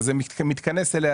שזה מתכנס אליה,